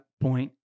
Point